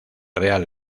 real